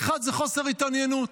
האחד זה חוסר התעניינות,.